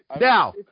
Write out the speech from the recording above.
Now